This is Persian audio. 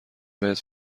بهت